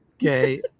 Okay